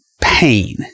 pain